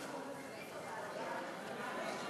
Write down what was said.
אדוני היושב-ראש,